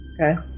Okay